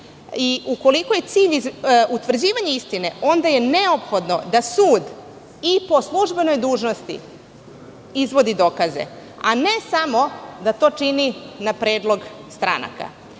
i ukoliko je cilj utvrđivanje istine, onda je neophodno da sud i po službenoj dužnosti izvodi dokaze, a ne samo da to čini na predlog stranaka,